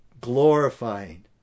Glorifying